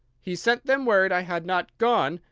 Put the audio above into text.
he sent them word i had not gone,